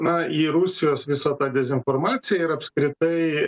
na į rusijos visą tą dezinformaciją ir apskritai